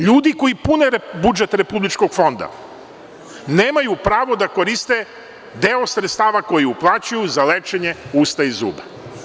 Ljudi koji pune budžet Republičkog fonda nemaju pravo da koriste deo sredstava koji uplaćuju za lečenje usta i zuba.